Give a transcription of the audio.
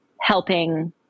helping